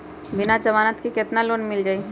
बिना जमानत के केतना लोन मिल जाइ?